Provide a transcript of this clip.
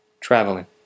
Traveling